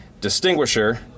Distinguisher